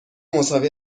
مساوی